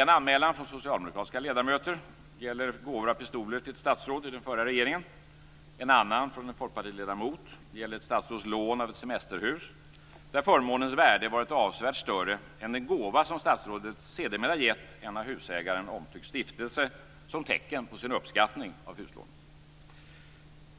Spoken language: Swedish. En anmälan från socialdemokratiska ledamöter gäller gåva av pistoler till ett statsråd i den förra regeringen. En annan anmälan från en folkpartiledamot gäller ett statsråds lån av ett semesterhus där förmånens värde varit avsevärt större än den gåva som statsrådet sedermera gett en av husägaren omtyckt stiftelse som tecken på uppskattning av huslånet.